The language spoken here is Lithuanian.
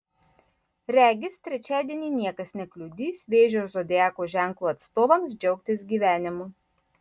regis trečiadienį niekas nekliudys vėžio zodiako ženklo atstovams džiaugtis gyvenimu